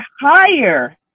higher